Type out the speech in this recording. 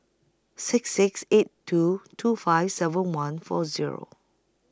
six six eight two two five seven one four Zero